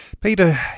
Peter